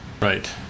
Right